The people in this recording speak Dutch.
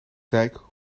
dijk